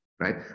Right